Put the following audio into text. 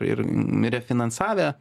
ir refinansavę